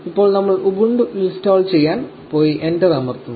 ഇപ്പോൾ നമ്മൾ Ubuntu install ചെയ്യാൻ എന്റർ അമർത്തുക